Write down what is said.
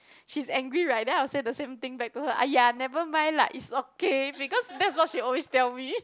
she's angry right then I will say the same thing back to her !aiya! nevermind lah it's okay because that's what she always tell me